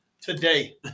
today